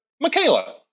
Michaela